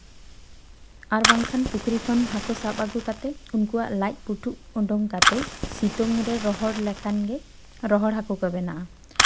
ᱟᱨ ᱵᱟᱝᱠᱷᱟᱱ ᱯᱩᱠᱷᱨᱤ ᱠᱷᱚᱱ ᱦᱟᱹᱠᱩ ᱥᱟᱵ ᱟᱜᱩ ᱠᱟᱛᱮ ᱩᱱᱠᱩᱣᱟᱜ ᱞᱟᱡ ᱯᱩᱴᱷᱩᱡ ᱩᱰᱩᱝ ᱠᱛᱮ ᱥᱤᱛᱩᱝ ᱨᱮ ᱨᱚᱦᱚᱲ ᱞᱮᱠᱷᱟᱱ ᱜᱮ ᱨᱚᱦᱚᱲ ᱦᱟᱹᱠᱩ ᱠᱚ ᱵᱮᱱᱟᱜᱼᱟ